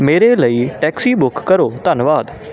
ਮੇਰੇ ਲਈ taxi book ਕਰੋ ਧੰਨਵਾਦ